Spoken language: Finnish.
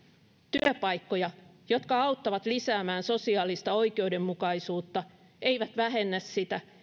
työpaikkoja jotka auttavat lisäämään sosiaalista oikeudenmukaisuutta eivät vähennä sitä